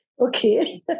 Okay